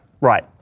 right